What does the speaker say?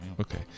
okay